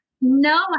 No